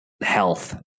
health